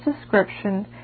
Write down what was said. description